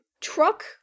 Truck